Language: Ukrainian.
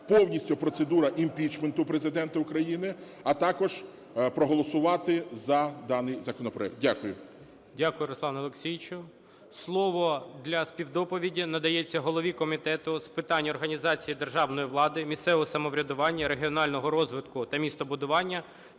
повністю процедура імпічменту Президента України, а також проголосувати за даний законопроект. Дякую. ГОЛОВУЮЧИЙ. Дякую, Руслане Олексійовичу. Слово для співдоповіді надається голові Комітету з питань організації державної влади, місцевого самоврядування, регіонального розвитку та містобудування